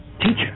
Teacher